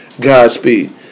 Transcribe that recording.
Godspeed